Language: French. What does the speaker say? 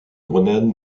grenades